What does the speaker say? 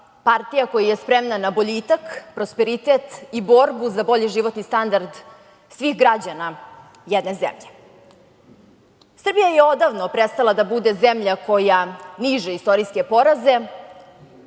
partija koja je spremna na boljitak, prosperitet i borbu za bolji životni standard svih građana jedne zemlje. Srbija je odavno prestala da bude zemlja koja niže istorijske poraze,